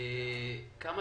כמה